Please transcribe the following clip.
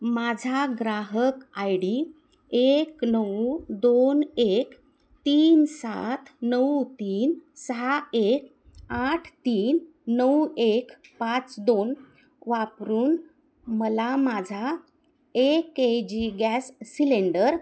माझा ग्राहक I D एक नऊ दोन एक तीन सात नऊ तीन सहा एक आठ तीन नऊ एक पाच दोन वापरून मला माझा A K G gas cylinder